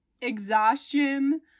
exhaustion